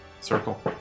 circle